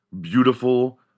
beautiful